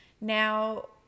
Now